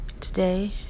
Today